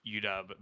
UW